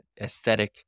aesthetic